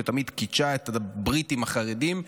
שתמיד קידשה את הברית עם החרדים,